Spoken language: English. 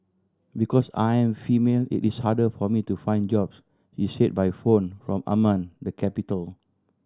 because I am female it is harder for me to find jobs she said by phone from Amman the capital